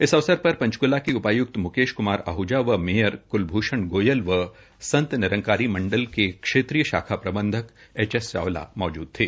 इस अवसर पर पंचकल्रा के उपायक्त मुकेश कुमार आहजा व मेयर कलभ्षण गोयल व संत निरंकारी मंडल के क्षेत्रीय खाख प्रबंधक एच एस चावला मौजूद थे